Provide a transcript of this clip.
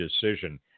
decision